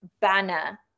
banner